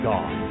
God